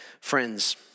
Friends